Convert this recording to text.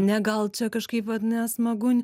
ne gal čia kažkaip vat nesmagu